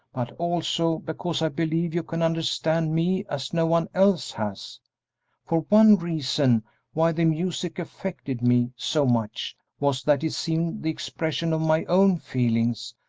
but also because i believe you can understand me as no one else has for one reason why the music affected me so much was that it seemed the expression of my own feelings,